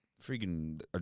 freaking